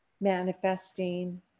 manifesting